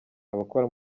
abakora